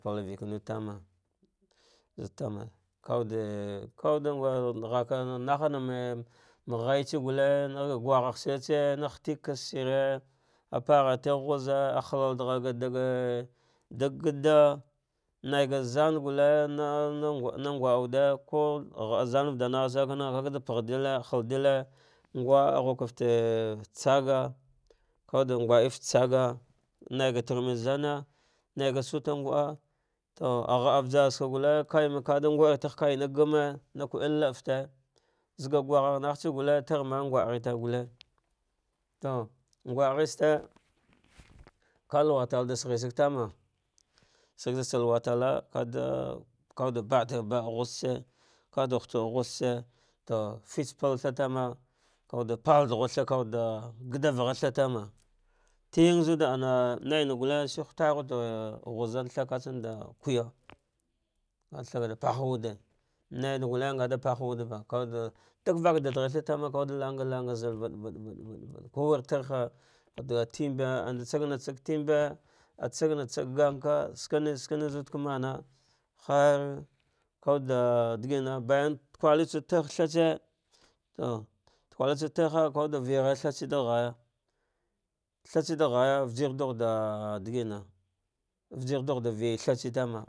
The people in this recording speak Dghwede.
Palveekne tama azuɗ tana kawude kawudek kwere naghakaname ghaitse gulle naga guhg hashirtse na hitegka shir paghatigh hunze ah halarh ghat daga dag gaɗa naigg zangulle nana najwaa wude ku ghaɗa zanɗaɗa nagha kada phaɗilla haldile ngha aghuka fate tsaga kawude ngwa yi fate tsaga nai ga turanitsa zanah nauga suta ngaɗa to ah ghaɗa vasartsaka gulle kkaya kate ngwu urghu kana sanne, na kwuel l ea fite zagi zagh ga gwaghah naghtse gulle, mu ngwaghe tar gulle to nguhel ste kaluwatai da aghu sagetana, shigh shigtsa luwatalla, kaɗa kawuɗe ɗa batar baa huzetse, kaɗa hittruwa huzetse to fitse pal thagb tana, ting zude ama, naina gulle huta ruwunae huper thigh kazanda kuya ka thigh ɗa paha wuɗe naina gulle nga paha wuɗeva kawuvu ɗakvaha ɗaɗaghe thigh kawuɗe langa larga zo lvaavan vaavab kuwer tarha ah atimbe naima tsag tinbe ah tsagbba tsag ganka, shivma svan zudivamama har kuwuɗ ɗhgina baya tajwakitsa to takualitsawude kawuɗe viaghar tha gbtse ɗan inghaya tha ghtse ɗa ghaya, vijir ɗughu ɗa ɗagina vijir ɗugh ɗa vighatse tama.